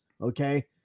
Okay